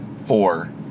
Four